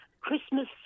Christmas